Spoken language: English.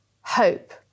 hope